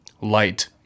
light